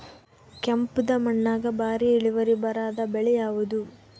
ಕೆಂಪುದ ಮಣ್ಣಾಗ ಭಾರಿ ಇಳುವರಿ ಬರಾದ ಬೆಳಿ ಯಾವುದು?